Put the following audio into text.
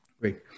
Great